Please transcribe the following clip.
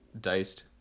diced